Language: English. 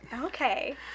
Okay